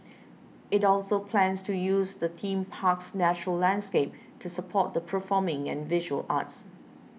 it also plans to use the theme park's natural landscape to support the performing and visual arts